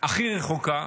הכי רחוקה